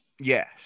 Yes